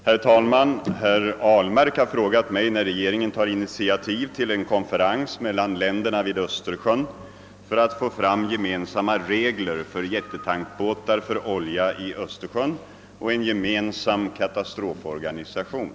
Herr talman! Herr Ahlmark har frågat mig när regeringen tar initiativ till en konferens mellan länderna vid öÖstersjön för att få fram gemensamma regler för jättetankbåtar för olja i Östersjön och en gemensam katastroforganisation.